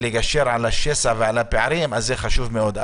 לגשר על השסע והפערים בתחילת הדרך, זה חשוב מאוד.